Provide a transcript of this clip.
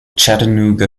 chattanooga